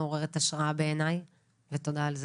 מעוררת השראה בעייני ותודה על זה.